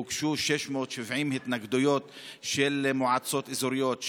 הוגשו כמעט 670 התנגדויות של מועצות אזוריות,